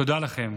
תודה לכם.